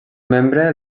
membre